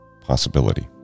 possibility